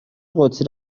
قدسی